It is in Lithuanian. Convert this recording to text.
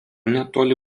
netoli